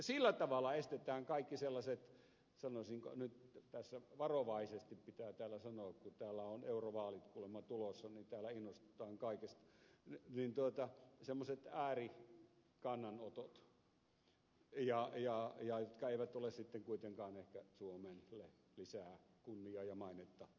sillä tavalla estetään kaikki sellaiset sanoisinko nyt varovaisesti pitää täällä sanoa kun täällä on eurovaalit kuulemma tulossa niin täällä innostutaan kaikesta semmoiset äärikannanotot jotka eivät ole sitten kuitenkaan ehkä suomelle lisää kunniaa ja mainetta tuottavia